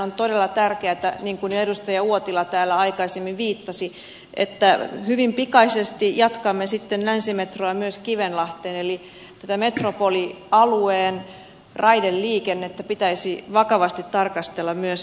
on todella tärkeätä niin kuin jo edustaja uotila täällä aikaisemmin viittasi että hyvin pikaisesti jatkamme sitten länsimetroa myös kivenlahteen eli tätä metropolialueen raideliikennettä pitäisi vakavasti tarkastella myös liikennepoliittisessa selonteossa